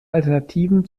alternativen